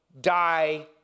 die